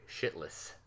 shitless